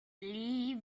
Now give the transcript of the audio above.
leave